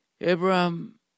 Abraham